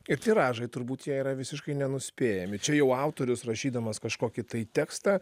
ir tiražai turbūt jie yra visiškai nenuspėjami čia jau autorius rašydamas kažkokį tai tekstą